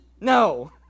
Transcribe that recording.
No